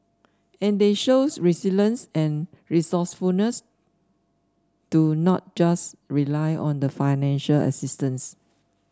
and they shows resilience and resourcefulness to not just rely on the financial assistance